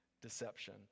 deception